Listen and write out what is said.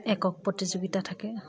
একক প্ৰতিযোগিতা থাকে